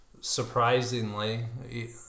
surprisingly